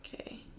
okay